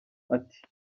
ati